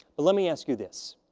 but let me ask you this.